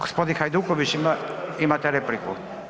Gospodin Hajduković imate repliku.